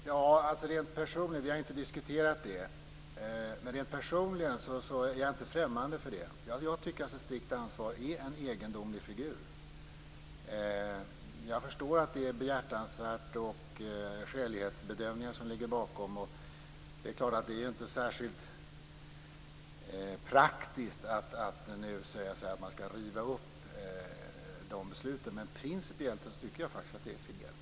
Fru talman! Vi har inte diskuterat det, men personligen är jag inte främmande för det. Jag tycker att strikt ansvar är en egendomlig figur. Jag förstår att det är behjärtansvärt och att det är en skälighetsbedömning som ligger bakom. Det är klart att det inte är särskilt praktiskt att nu säga att man skall riva upp besluten. Men principiellt tycker jag faktiskt att det är fel.